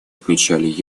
отмечали